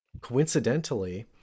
coincidentally